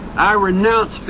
i renounce